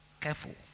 Careful